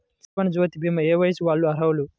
జీవనజ్యోతి భీమా ఏ వయస్సు వారు అర్హులు?